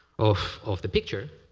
of of the picture.